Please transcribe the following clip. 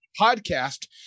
podcast